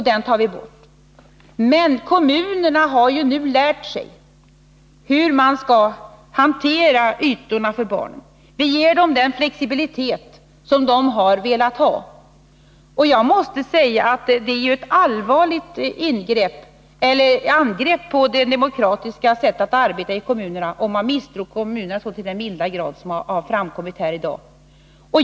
Den tar vi nu bort. Men kommunerna har lärt sig hur de skall hantera ytorna för barnen. Vi ger dem den flexibilitet som de har velat ha. Och det är ett allvarligt angrepp på det demokratiska sättet att arbeta i kommunerna, om man misstror kommunerna så till den milda grad som har framkommit här i dag.